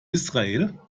israel